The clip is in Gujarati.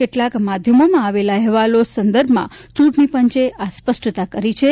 કેટલાક માધ્યમોમાં આવેલા અહેવાલો સંદર્ભમાં ચૂંટણીપંચે આ સ્પષ્ટતા કરી છે